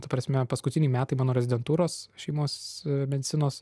ta prasme paskutiniai metai mano rezidentūros šeimos medicinos